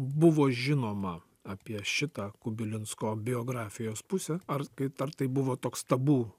buvo žinoma apie šitą kubilinsko biografijos pusę ar kai ar tai buvo toks tabu